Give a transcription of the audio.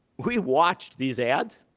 we watched these ads.